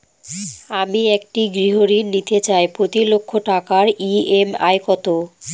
আমি একটি গৃহঋণ নিতে চাই প্রতি লক্ষ টাকার ই.এম.আই কত?